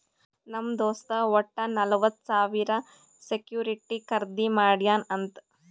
ನಮ್ ದೋಸ್ತ್ ವಟ್ಟ ನಲ್ವತ್ ಸಾವಿರ ಸೆಕ್ಯೂರಿಟಿ ಖರ್ದಿ ಮಾಡ್ಯಾನ್ ಅಂತ್